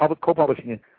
co-publishing